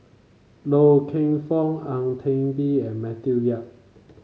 Loy Keng Foon Ang Teck Bee and Matthew Yap